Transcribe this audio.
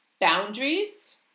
boundaries